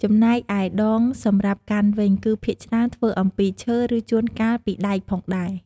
ចំណែកឯដងសម្រាប់កាន់វិញ គឺភាគច្រើនធ្វើអំពីឈើ ឬជួនកាលពីដែកផងដែរ។